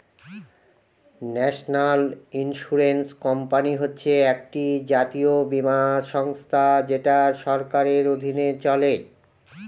national insurance company হচ্ছে একটি জাতীয় বীমা সংস্থা যেটা সরকারের অধীনে চলে